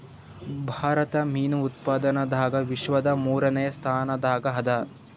ಭಾರತ ಮೀನು ಉತ್ಪಾದನದಾಗ ವಿಶ್ವದ ಮೂರನೇ ಸ್ಥಾನದಾಗ ಅದ